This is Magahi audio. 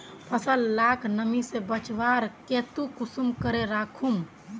फसल लाक नमी से बचवार केते कुंसम करे राखुम?